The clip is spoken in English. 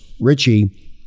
Richie